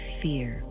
fear